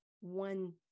one